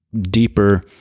deeper